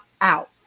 out